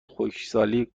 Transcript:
خشکسالی